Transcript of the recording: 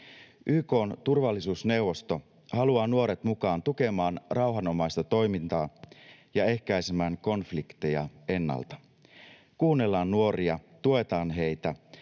YK:n turvallisuusneuvosto haluaa nuoret mukaan tukemaan rauhanomaista toimintaa ja ehkäisemään konflikteja ennalta. Kuunnellaan nuoria, tuetaan heitä,